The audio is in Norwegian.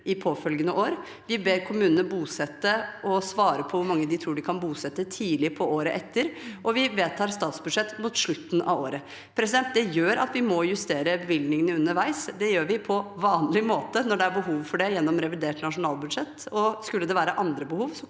i påfølgende år. Vi ber kommunene bosette og svare på hvor mange de tror de kan bosette, tidlig på året etter, og vi vedtar statsbudsjettet mot slutten av året. Det gjør at vi må justere bevilgningene underveis. Det gjør vi på vanlig måte, når det er behov for det, gjennom revidert nasjonalbudsjett. Skulle det være andre behov,